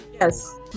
Yes